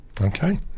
okay